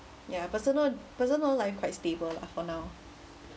ya personal personal life quite stable lah for now